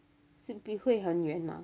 是会很远吗